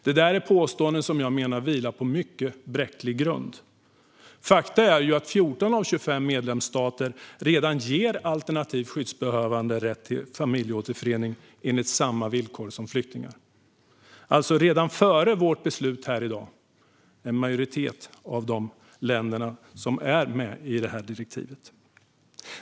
Detta är påståenden som jag menar vilar på mycket bräcklig grund. Fakta är att 14 av 25 medlemsstater redan ger alternativt skyddsbehövande rätt till familjeåterförening enligt samma villkor som flyktingar. Det är alltså redan före vårt beslut här i dag en majoritet av de länder som är med i direktivet.